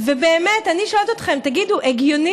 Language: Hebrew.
ובאמת, אני שואלת אתכם: תגידו, הגיוני